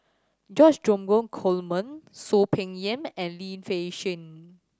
George Dromgold Coleman Soon Peng Yam and Lim Fei Shen